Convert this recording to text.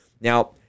Now